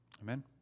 Amen